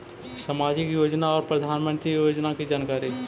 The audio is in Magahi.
समाजिक योजना और प्रधानमंत्री योजना की जानकारी?